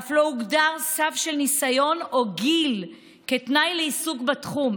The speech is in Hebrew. אף לא הוגדר סף של ניסיון או גיל כתנאי לעיסוק בתחום.